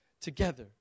together